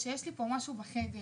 שיש לי פה משהו בחדר.